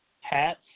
Hats